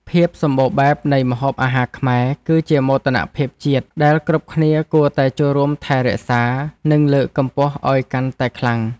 ភាពសម្បូរបែបនៃម្ហូបអាហារខ្មែរ គឺជាមោទនភាពជាតិដែលគ្រប់គ្នាគួរតែចូលរួមថែរក្សា និងលើកកម្ពស់ឱ្យកាន់តែខ្លាំង។